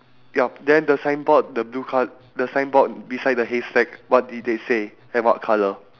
ya then the signboard the blue col~ the signboard beside the haystack what did they say and what colour